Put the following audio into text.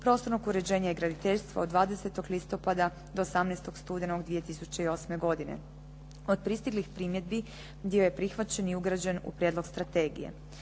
prostornog uređenja i graditeljstva od 20. listopada do 18. studenog 2008. godine. Od pristiglih primjedbi, dio je prihvaćen i ugrađen u prijedlog strategije.